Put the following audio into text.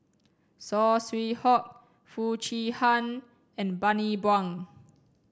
Saw Swee Hock Foo Chee Han and Bani Buang